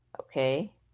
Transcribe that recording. Okay